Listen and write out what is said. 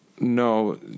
No